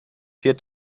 vier